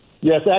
Yes